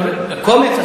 קומץ?